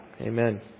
Amen